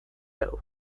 hau